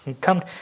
Come